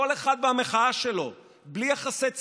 כל אחד והמחאה שלו, בלי יחסי ציבור.